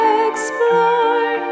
explore